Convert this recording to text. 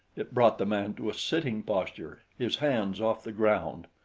it brought the man to a sitting posture, his hands off the ground.